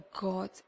God